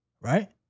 Right